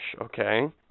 okay